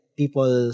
people